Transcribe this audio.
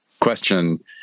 question